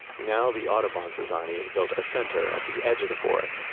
now, the audubon society has built a center at the edge of the forest,